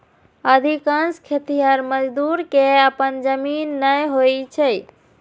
अधिकांश खेतिहर मजदूर कें अपन जमीन नै होइ छै